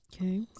Okay